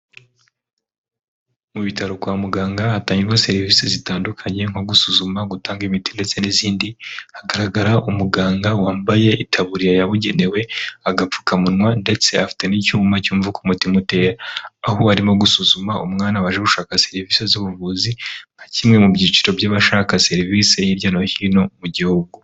Mu bitaro kwa muganga hatangirwa serivisi zitandukanye nko gusuzuma, gutanga imiti ,ndetse n'izindi hagaragara umuganga wambaye itaburiya yabugenewe agapfukamunwa ndetse afite n'icyuma cyumva ku mutima utera aho arimo gusuzuma umwana waje gushaka serivisi z'ubuvuzi nka kimwe mu byiciro by'abashaka serivisi hirya no hino mu gihugu.